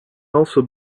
also